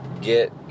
get